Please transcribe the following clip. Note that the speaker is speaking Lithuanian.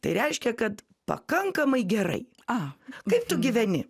tai reiškia kad pakankamai gerai kaip tu gyveni